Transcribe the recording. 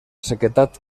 sequedat